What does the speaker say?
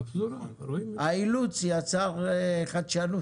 האילוץ יצר חדשנות.